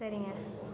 சரிங்க